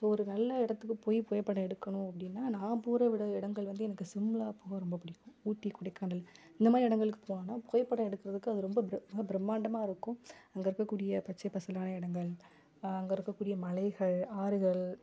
so ஒரு நல்ல இடத்துக்கு போய் புகைப்படம் எடுக்கணும் அப்படின்னா நான் போகிற விட இடங்கள் வந்து எனக்கு சிம்லா போக ரொம்ப பிடிக்கும் ஊட்டி கொடைக்கானல் இந்த மாதிரி இடங்களுக்கு போனோன்னால் புகைப்படம் எடுக்கிறதுக்கு அது ரொம்ப பிர ரொம்ப பிரம்மாண்டமாக இருக்கும் அங்கே இருக்கக்கூடிய பச்சைப்பசலான இடங்கள் அங்கே இருக்கக்கூடிய மலைகள் ஆறுகள்